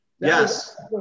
Yes